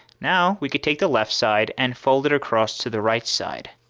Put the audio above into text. now we can take the left side and fold it across to the right side,